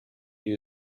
you